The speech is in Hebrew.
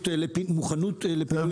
מוכנות לפינוי דגון,